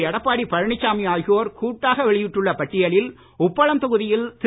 எடப்பாடி பழனிசாமி ஆகியோர் கூட்டாக வெளியிட்டுள்ள பட்டியலில் உப்பளம் தொகுதியில் திரு